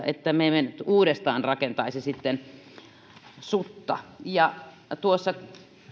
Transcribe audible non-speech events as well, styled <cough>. <unintelligible> että me emme sitten uudestaan rakentaisi sutta tuossa